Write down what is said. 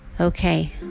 okay